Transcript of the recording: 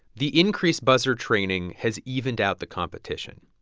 the increased buzzer training has evened out the competition.